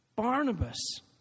Barnabas